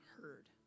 heard